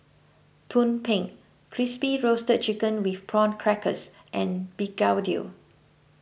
Tumpeng Crispy Roasted Chicken with Prawn Crackers and Begedil